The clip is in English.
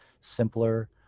simpler